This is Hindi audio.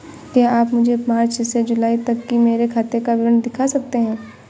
क्या आप मुझे मार्च से जूलाई तक की मेरे खाता का विवरण दिखा सकते हैं?